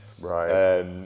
Right